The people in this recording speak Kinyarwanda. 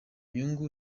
nyungu